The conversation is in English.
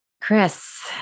Chris